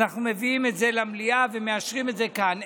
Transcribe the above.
אנחנו מביאים את זה למליאה ומאשרים את זה כאן.